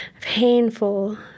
Painful